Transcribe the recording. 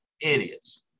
idiots